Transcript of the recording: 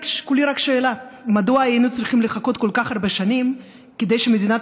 רק שאלה: מדוע היינו צריכים לחכות כל כך הרבה שנים כדי שמדינת